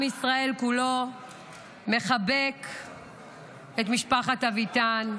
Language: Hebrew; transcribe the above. עם ישראל כולו מחבק את משפחת אביטן.